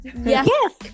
Yes